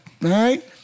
Right